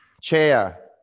Chair